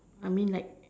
I mean like